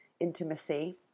intimacy